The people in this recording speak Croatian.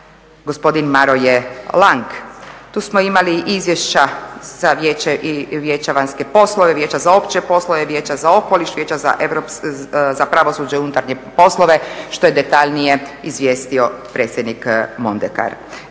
gospodin Maroje Lang. Tu smo imali izvješća sa Vijeća za vanjske poslove, Vijeća za opće poslove, Vijeća za okoliš, Vijeća za pravosuđe i unutarnje poslove, što je detaljnije izvijestio predsjednik Mondekar.